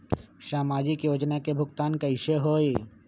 समाजिक योजना के भुगतान कैसे होई?